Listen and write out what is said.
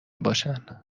باشن